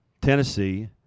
Tennessee